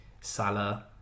Salah